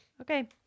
Okay